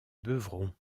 beuvron